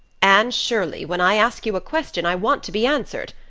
anne shirley, when i ask you a question i want to be answered.